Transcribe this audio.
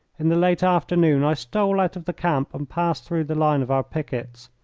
in the late afternoon i stole out of the camp and passed through the line of our pickets.